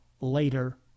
later